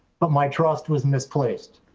but my trust was misplaced.